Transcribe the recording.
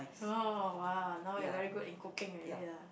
oh !wow! now you are very good in cooking already lah